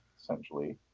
essentially